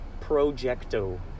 projecto